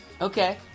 Okay